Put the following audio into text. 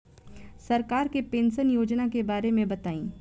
सरकार के पेंशन योजना के बारे में बताईं?